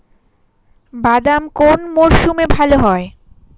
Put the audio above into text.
বাদাম কোন মরশুমে ভাল হয়?